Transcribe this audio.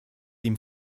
dem